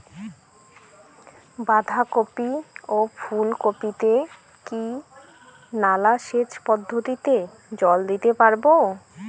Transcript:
বাধা কপি ও ফুল কপি তে কি নালা সেচ পদ্ধতিতে জল দিতে পারবো?